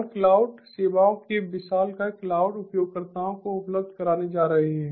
और क्लाउड सेवाओं के विशालकाय क्लाउड उपयोगकर्ताओं को उपलब्ध कराने जा रहे हैं